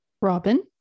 Robin